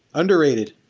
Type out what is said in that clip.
underrated.